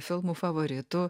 filmų favoritų